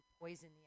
poison